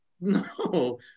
No